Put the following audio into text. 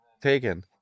taken